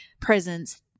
presence